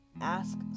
ask